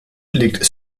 liegt